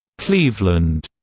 cleveland,